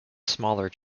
smaller